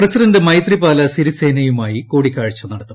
president Maithripala സിരിസേനയുമായി കൂടിക്കാഴ്ച നടത്തും